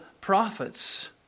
prophets